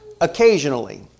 occasionally